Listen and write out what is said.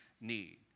need